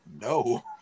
No